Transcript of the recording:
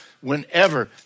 whenever